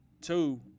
Two